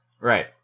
Right